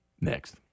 next